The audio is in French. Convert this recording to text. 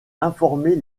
informer